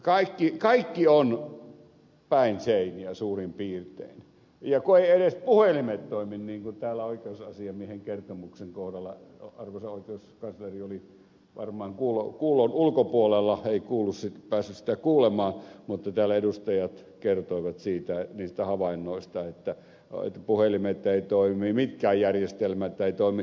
kaikki on päin seiniä suurin piirtein eivät edes puhelimet toimi niin kuin täällä oikeusasiamiehen kertomuksen kohdalla tuli esiin arvoisa oikeuskansleri oli varmaan kuulon ulkopuolella ei päässyt sitä kuulemaan mutta täällä edustajat kertoivat niistä havainnoista että puhelimet eivät toimi mitkään järjestelmät eivät toimi